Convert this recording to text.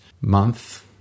month